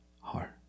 heart